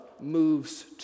moves